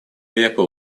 века